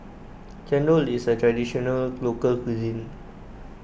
Chendol is a Traditional Local Cuisine